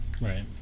Right